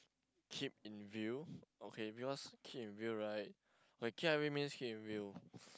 keep in view okay because keep in view right like K_I_V means keep in view